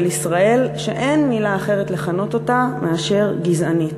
ישראל שאין מילה אחרת לכנות אותה מאשר "גזענית".